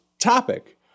topic